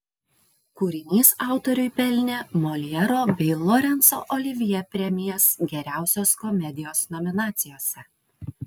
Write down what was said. kūrinys autoriui pelnė moljero bei lorenco olivjė premijas geriausios komedijos nominacijose